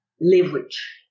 leverage